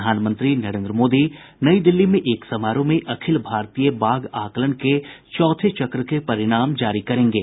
प्रधानमंत्री नरेन्द्र मोदी नई दिल्ली में एक समारोह में अखिल भारतीय बाघ आकलन के चौथे चक्र के परिणाम जारी करेंगे